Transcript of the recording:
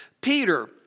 Peter